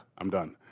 i'm done.